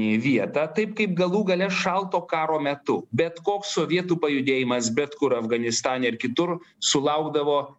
į vietą taip kaip galų gale šalto karo metu bet koks sovietų pajudėjimas bet kur afganistane ir kitur sulaukdavo